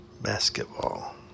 Basketball